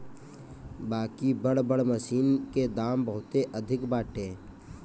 बाकि बड़ बड़ मशीन के दाम बहुते अधिका बाटे